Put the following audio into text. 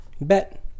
bet